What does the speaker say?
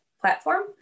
platform